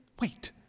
Wait